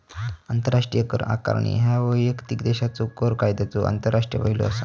आंतरराष्ट्रीय कर आकारणी ह्या वैयक्तिक देशाच्यो कर कायद्यांचो आंतरराष्ट्रीय पैलू असा